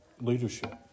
Leadership